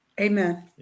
Amen